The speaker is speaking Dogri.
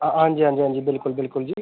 हांजी हांजी हांजी बिल्कुल बिल्कुल जी